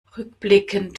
rückblickend